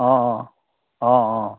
অঁ অঁ অঁ অঁ